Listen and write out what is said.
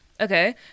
Okay